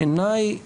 בעיניי